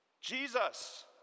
Jesus